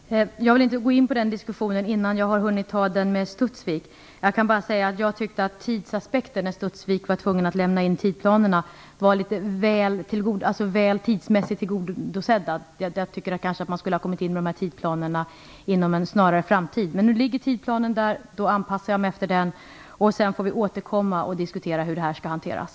Fru talman! Jag vill inte gå in i den diskussionen innan jag har hunnit diskutera frågan med Studsvik. Jag kan bara säga att jag tyckte att tidsgränsen, dvs. den tid då man vid Studsvik var tvungen att lämna in tidsplanerna, var litet väl tillgodosedd. Jag tycker att man kanske skulle ha kommit in med tidsplanerna inom en snarare framtid. Men nu har vi tidsplanen, och då anpassar jag mig efter den. Sedan får vi återkomma och diskutera hur detta skall hanteras.